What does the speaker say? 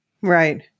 right